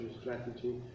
strategy